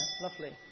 Lovely